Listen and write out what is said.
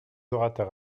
orateurs